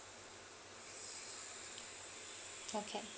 okay